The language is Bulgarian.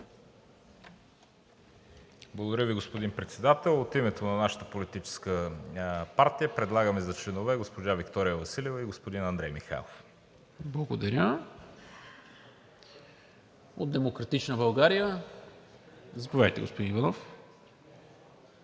Благодаря Ви, господин Председател. От името на нашата политическа партия предлагаме за членове госпожа Виктория Василева и господин Андрей Михайлов. ПРЕДСЕДАТЕЛ НИКОЛА МИНЧЕВ: Благодаря. От „Демократична България“. Заповядайте, господин Иванов.